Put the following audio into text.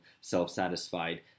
self-satisfied